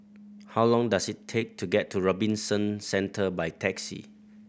how long does it take to get to Robinson Centre by taxi